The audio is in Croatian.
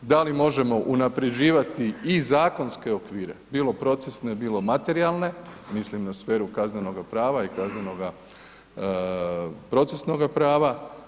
Da li možemo unapređivati i zakonske okvire, bilo procesne, bilo materijalne, mislim na sferu kaznenoga prava i kaznenoga procesnoga prava?